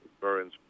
Burns